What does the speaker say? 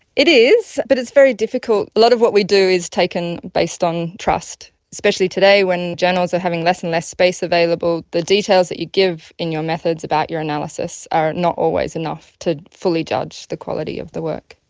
it is, but it's very difficult a lot of what we do is taken based on trust, especially today when journals are having less and less space available, the details that you give in your methods about your analysis are not always enough to fully judge the quality of the work.